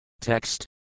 Text